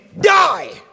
Die